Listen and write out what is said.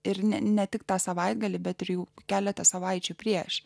ir ne ne tik tą savaitgalį bet jau keletą savaičių prieš